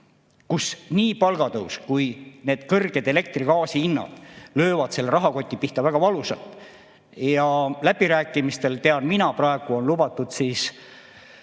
kus nii palgatõus kui kõrged elektri ja gaasi hinnad löövad rahakoti pihta väga valusalt. Ja läbirääkimistel, tean mina praegu, on lubatud